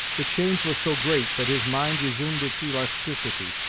the change was so great that his mind resumed its elasticity,